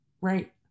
right